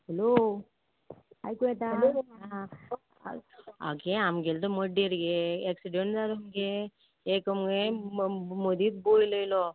hello आयकूं येता हां गे आमगेलो तो मड्डेर गे एक्सिडेंट जाल गे एक मु म मुगे मदींच बोयल येयलो